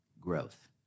growth